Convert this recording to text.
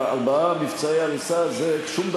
ארבעה מבצעי הריסה זה שום דבר.